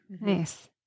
Nice